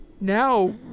now